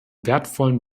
wertvollen